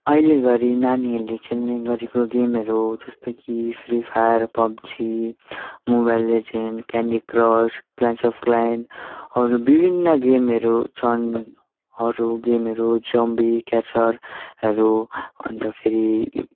अहिलेघरि नानीहरूले खेल्ने गरेको गेमहरू जस्तो कि free fire PUBG mobile legend candy crush clash of क्लेनहरू विभिन्न गेमहरू छन् अरू गेमहरू जम्बी क्याचरहरू अन्त फेरि